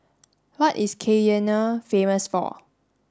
what is Cayenne famous for